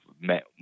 met